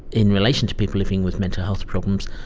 in relation to people living with mental health problems,